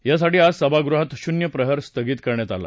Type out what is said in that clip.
यासाठी आज सभागृहात शून्य प्रहर स्थगित करण्यात आला